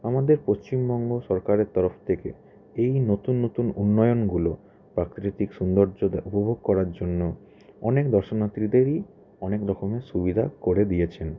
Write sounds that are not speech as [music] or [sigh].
আমাদের পশ্চিমবঙ্গ সরকারের তরফ থেকে এই নতুন নতুন উন্নয়নগুলো প্রাকৃতিক সৌন্দর্য [unintelligible] উপভোগ করার জন্য অনেক দর্শনার্থীদেরই অনেক রকমের সুবিধা করে দিয়েছেন